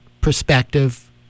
perspective